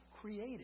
Created